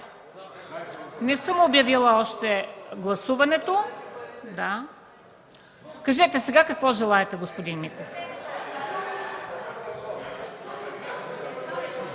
Не съм обявила още гласуването. Кажете какво желаете сега, господин Миков.